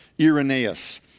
Irenaeus